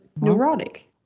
neurotic